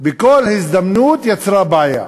בכל הזדמנות יוצרת בעיה.